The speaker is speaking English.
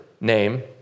name